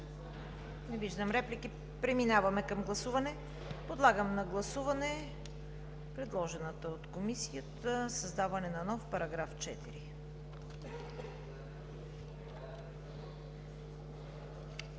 Не виждам. Преминаваме към гласуване. Подлагам на гласуване предложението от Комисията – създаване на нов § 4.